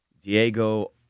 Diego